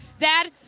dad,